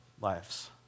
lives